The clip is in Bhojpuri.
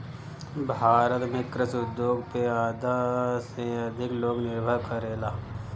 भारत में कृषि उद्योग पे आधा से अधिक लोग निर्भर करेला